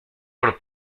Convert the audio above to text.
por